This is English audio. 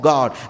God